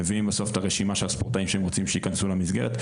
מביאים בסוף את הרשימה של הספורטאים שהם רוצים שייכנסו למסגרת.